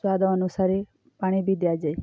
ସ୍ଵାଦ ଅନୁସାରେ ପାଣି ବି ଦିଆଯାଏ